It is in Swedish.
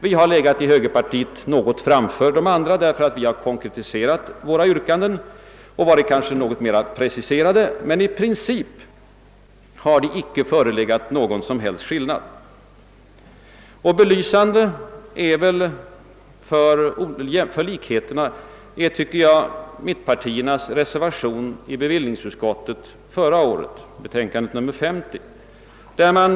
Vi har i högerpartiet legat något framför de andra, därför att vi har konkretiserat våra yrkanden och kanske varit något mera preciserade, men i princip har det icke förelegat någon som helst skillnad. Belysande för likheten är mittenpartiernas reservation till bevillningsutskottets betänkande nr 50 förra året.